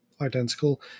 identical